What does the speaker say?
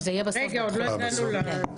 עוד לא הגענו לזה.